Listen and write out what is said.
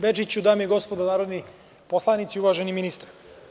Bečiću, dame i gospodo narodni poslanici, uvaženi ministre.